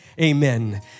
Amen